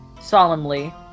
solemnly